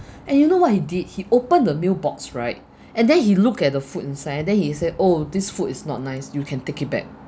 and you know what he did he opened the meal box right and then he looked at the food inside and then he said oh this food is not nice you can take it back